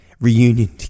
reunion